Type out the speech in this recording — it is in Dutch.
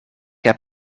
heb